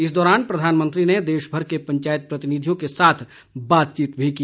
इस दौरान प्रधानमंत्री ने देशभर के पंचायत प्रतिनिधियों के साथ बातचीत भी की